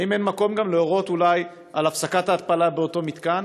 האם אין מקום גם להורות אולי על הפסקת ההתפלה באותו מתקן?